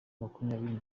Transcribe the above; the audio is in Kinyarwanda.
makumyabiri